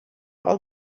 all